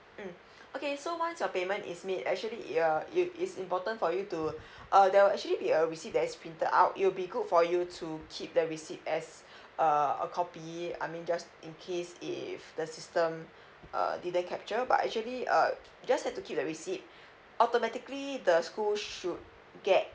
mm okay so once your payment is made actually err it is important for you to uh there will actually be a receipt that is printed out it will be good for you to keep the receipt as a a copy I mean just in case if the system uh didn't capture but actually err just to keep the receipt automatically the school should get